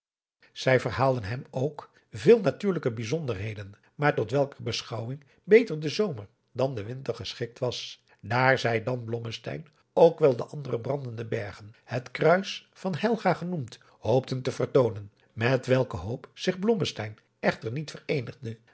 zij verhaalden hem ook veel natuurlijke bijzonderheden maar tot welker beschouwing beter de adriaan loosjes pzn het leven van johannes wouter blommesteyn zomer dan de winter geschikt was daar zij dan blommesteyn ook wel de andere brandende bergen het kruis van helga genoemd hoopten te vertoonen met welke hoop zich blommesteyn echter niet vereenigde